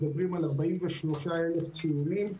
מדובר בסך הכול על 43,000 ציונים,